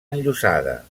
enllosada